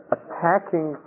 attacking